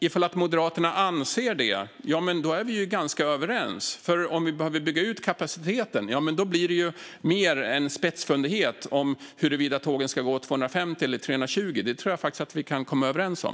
Ifall Moderaterna anser det är vi ju ganska överens. Om kapaciteten behöver byggas ut blir det mer en spetsfundighet huruvida tågen ska gå i 250 eller 320 kilometer i timmen. Detta tror jag faktiskt att vi kan komma överens om.